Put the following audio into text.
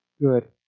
good